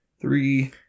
three